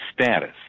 status